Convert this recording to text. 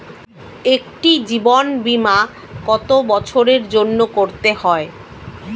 একটি জীবন বীমা কত বছরের জন্য করতে হয়?